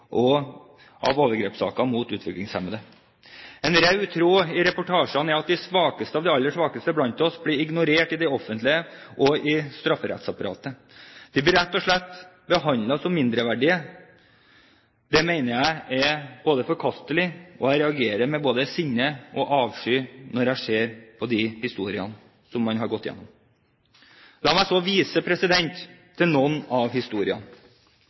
av saker om overgrep mot utviklingshemmede. En rød tråd i reportasjene er at de aller svakeste av de svake blant oss blir ignorert i det offentlige og i strafferettsapparatet. De blir rett og slett behandlet som mindreverdige. Det mener jeg er forkastelig, og jeg reagerer med både sinne og avsky når jeg ser på de historiene som man har gått gjennom. La meg så vise til noen av historiene: